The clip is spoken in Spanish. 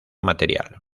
material